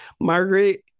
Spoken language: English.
Margaret